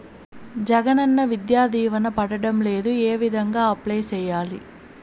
జగనన్న విద్యా దీవెన పడడం లేదు ఏ విధంగా అప్లై సేయాలి